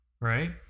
right